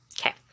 Okay